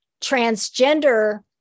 transgender